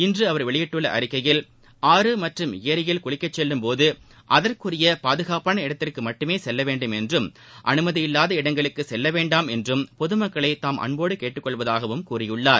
இன்று அவர் வெளியிட்டுள்ள அறிக்கையில் ஆறு மற்றும் ஏரியில் குளிக்கச்செல்லும் போது அகற்குரிய பாதகாப்பான இடத்திற்கு மட்டுமே செல்ல வேண்டும் என்றும் அனுமதி இல்வாத இடங்களுக்கு செல்லவேண்டாம் என்றும் பொதுமக்களை தாம் அன்போடு கேட்டுக்கொள்வதாகவும் கூறியுள்ளார்